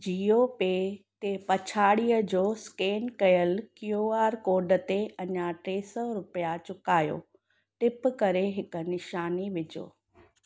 Jio pay ते पछाड़ीअ जे स्केन कयल क्यू आर कोड ते अञा टे सौ रुपिया चुकायो टिप करे हिक निशानी विझो